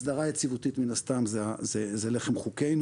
הסדרה יציבותית מן הסתם זה לחם חוקנו,